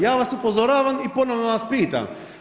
Ja vas upozoravam i ponovno vas pitam.